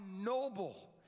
noble